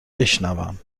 بشنوم